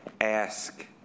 ask